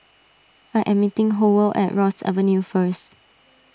I am meeting Howell at Ross Avenue first